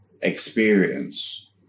experience